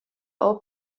ora